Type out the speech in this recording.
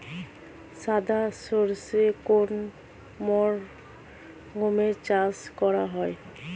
সাদা সর্ষে কোন মরশুমে চাষ করা হয়?